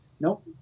nope